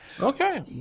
Okay